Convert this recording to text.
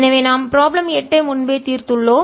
எனவே நாம் ப்ராப்ளம் 8 ஐ முன்பே தீர்த்து உள்ளோம்